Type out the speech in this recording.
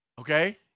okay